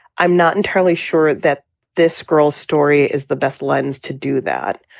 i'm not entirely sure that this girl's story is the best ones to do that.